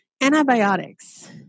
antibiotics